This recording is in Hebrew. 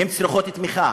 הן צריכות תמיכה,